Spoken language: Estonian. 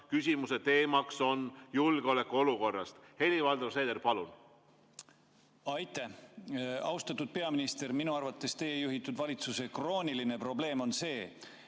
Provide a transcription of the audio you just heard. Küsimuse teemaks on julgeolekuolukord. Helir-Valdor Seeder, palun! Aitäh! Austatud peaminister! Minu arvates teie juhitud valitsuse krooniline probleem on see,